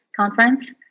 conference